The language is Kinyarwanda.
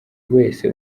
wese